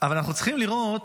אבל אנחנו צריכים לראות,